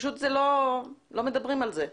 פשוט לא מדברים על זה,